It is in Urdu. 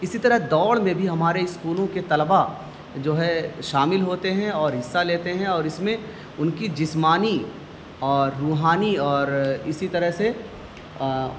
اسی طرح دوڑ میں بھی ہمارے اسکولوں کے طلباء جو ہے شامل ہوتے ہیں اور حصہ لیتے ہیں اور اس میں ان کی جسمانی اور روحانی اور اسی طرح سے